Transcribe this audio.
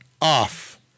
Off